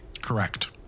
Correct